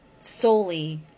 solely